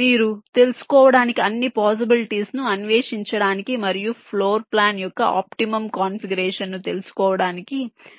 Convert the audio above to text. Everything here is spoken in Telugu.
మీరు తెలుసుకోవడానికి అన్ని పోసిబిలిటీస్ ను అన్వేషించడానికి మరియు ఫ్లోర్ ప్లాన్ యొక్క ఆప్టిముమ్ కాన్ఫిగరేషన్ ను తెలుసుకోవడానికి ప్రయత్నిస్తారు